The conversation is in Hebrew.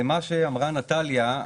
לגבי מה שאמרה נטליה,